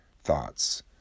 thoughts